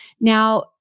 Now